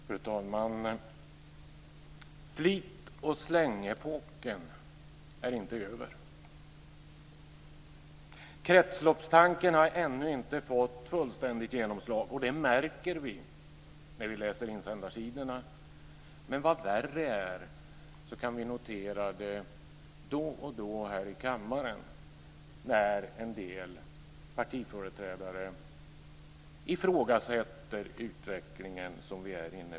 Fru talman! Slit-och-släng-epoken är inte över. Kretsloppstanken har ännu inte fått fullständigt genomslag. Det märker vi när vi läser insändarsidorna. Men vad värre är, vi kan notera det då och då i kammaren när en del partiföreträdare ifrågasätter utvecklingen.